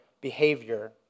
behavior